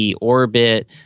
orbit